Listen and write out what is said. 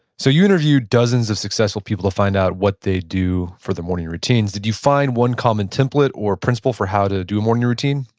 so you interviewed dozens of successful people to find out what they do for their morning routines. did you find one common template or a principle for how to do morning routine?